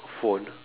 phone